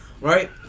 right